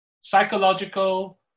psychological